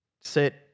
sit